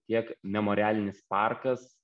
tiek memorialinis parkas